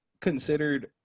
considered